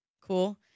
cool